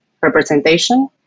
representation